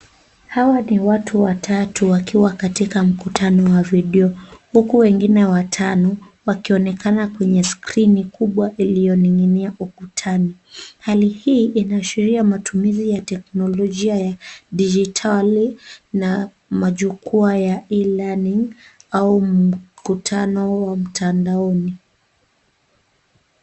Hawa ni watu watatu wakiwa katika mkutano wa video huku wengine watano wakionekana kwenye skrini kubwa iliyoning'inia ukutani. Hali hii inaashiria matumizi ya teknolojia ya dijitali na majukwaa ya e-learning au mkutano wa mtandaoni.